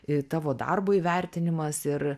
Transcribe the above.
i tavo darbo įvertinimas ir